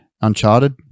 Uncharted